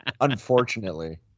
Unfortunately